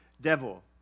devil